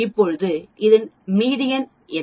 இப்போது இதன் மீடியன் என்ன